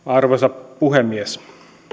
arvoisa puhemies